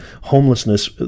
homelessness